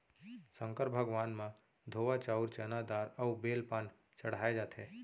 संकर भगवान म धोवा चाउंर, चना दार अउ बेल पाना चड़हाए जाथे